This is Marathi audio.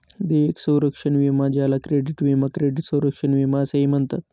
देयक संरक्षण विमा ज्याला क्रेडिट विमा क्रेडिट संरक्षण विमा असेही म्हणतात